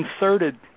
inserted